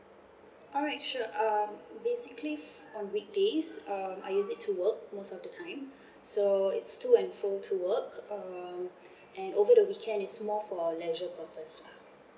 alright sure um basically f~ on weekdays um I use it to work most of the time so it's to and fro to work um and over the weekend is more for leisure purpose lah